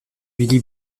billy